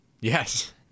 yes